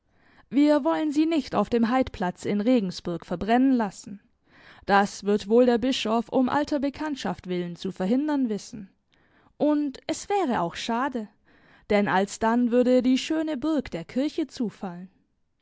wir wollen sie nicht auf dem haidplatz in regensburg verbrennen lassen das wird wohl der bischof um alter bekanntschaft willen zu verhindern wissen und es wäre auch schade denn alsdann würde die schöne burg der kirche zufallen